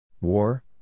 War